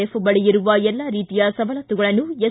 F ಬಳಿ ಇರುವ ಎಲ್ಲಾ ರೀತಿಯ ಸವಲತ್ತುಗಳನ್ನು ಎಸ್